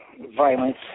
violence